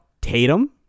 Tatum